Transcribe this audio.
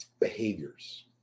behaviors